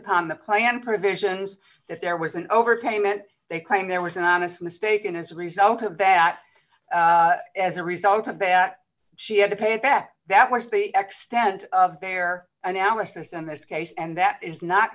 upon the plan provisions that there was an overpayment they claim there was an honest mistake and as a result of that as a result of that she had to pay it back that was the extent of their analysis and this case and that is not